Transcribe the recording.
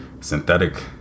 synthetic